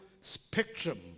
spectrum